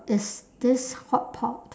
is this hotpot